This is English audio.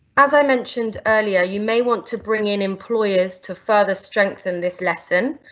as i mentioned earlier, you may want to bring in employers to further strengthen this lesson,